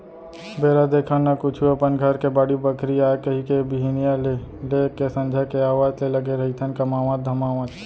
बेरा देखन न कुछु अपन घर के बाड़ी बखरी आय कहिके बिहनिया ले लेके संझा के आवत ले लगे रहिथन कमावत धमावत